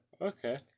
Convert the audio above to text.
Okay